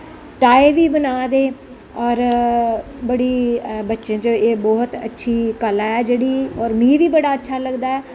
टाय बी बना दे होर बड़ी बच्चें च एह् बहोत अच्छी कला ऐ जेह्ड़ी होर मिगी बी बड़ा अच्छा लगदा ऐ